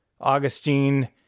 Augustine